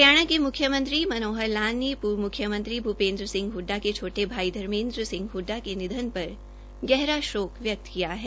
हरियाणा के मुख्यमंत्री मनोहर लाल ने पूर्व मुख्यमंत्री भूपेन्द्र सिंह हडडा के छोटे भाई धर्मेद्र हडडा के निधन पर गहरा शोक व्यक्त् किया है